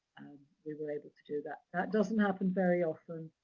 we were able to do that. that doesn't happen very often,